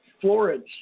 Florence